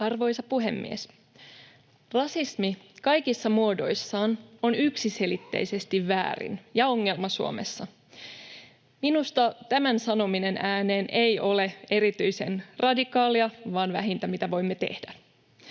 Arvoisa puhemies! Rasismi kaikissa muodoissaan on yksiselitteisesti väärin — ja ongelma Suomessa. Minusta tämän sanominen ääneen ei ole erityisen radikaalia vaan vähintä, mitä voimme tehdä.